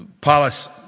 palace